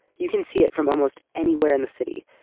you can see it from almost anywhere in the city,